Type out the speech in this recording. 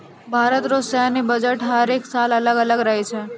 भारत रो सैन्य बजट हर एक साल अलग अलग रहै छै